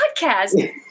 podcast